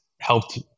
helped